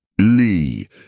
Lee